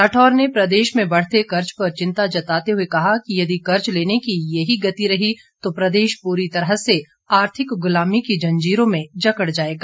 राठौर ने प्रदेश में बढ़ते कर्ज पर चिंता जताते हुए कहा कि यदि कर्ज लेने की यही गति रही तो प्रदेश पूरी तरह से आर्थिक गुलामी की जंजीरों में जकड़ जाएगा